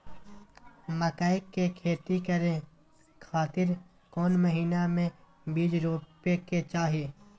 मकई के खेती करें खातिर कौन महीना में बीज रोपे के चाही?